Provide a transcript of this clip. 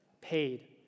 paid